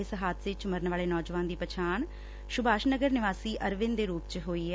ਇਸ ਹਾਦਸੇ ਚ ਮਰਨ ਵਾਲੇ ਨੌਜਵਾਨ ਦੀ ਪਛਾਣ ਸੁਭਾਸ਼ ਨਗਰ ਨਿਵਾਸੀ ਅਰਵਿੰਦ ਦੇ ਰੁਪ ਚ ਹੋਈ ਐ